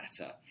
matter